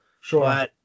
Sure